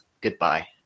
goodbye